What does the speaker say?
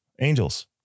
Angels